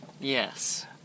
Yes